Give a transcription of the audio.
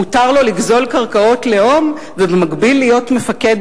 מותר לו לגזול קרקעות לאום ובמקביל להיות מפקד,